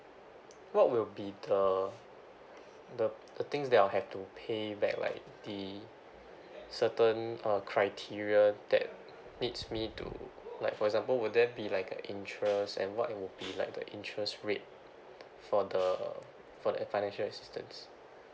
what will be the the the things that I'll have to pay back like the certain uh criteria that needs me to like for example would there be like a interest and what would be like the interest rate for the for the financial assistance